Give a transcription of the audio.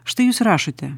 štai jūs rašote